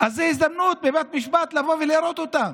זאת הזדמנות בבית משפט לבוא ולראות אותם.